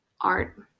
Art